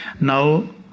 Now